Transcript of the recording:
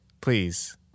Please